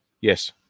Yes